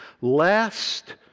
lest